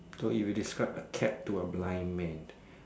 so if you describe a cat to a blind man